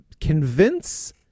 convince